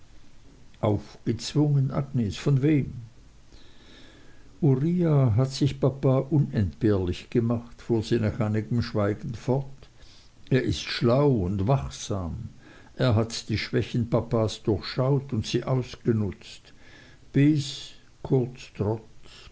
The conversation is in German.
aufgezwungen agnes von wem uriah hat sich papa unentbehrlich gemacht fuhr sie nach einigem schweigen fort er ist schlau und wachsam er hat die schwächen papas durchschaut und sie ausgenützt bis kurz